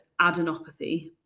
adenopathy